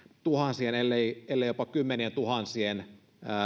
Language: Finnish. tuhansien ellei ellei jopa kymmenientuhansien